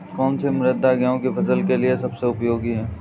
कौन सी मृदा गेहूँ की फसल के लिए सबसे उपयोगी है?